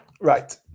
right